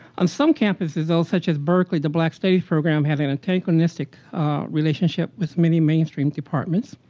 on some campuses, though, such as berkeley, the black studies program had an antagonistic relationship with many mainstream departments,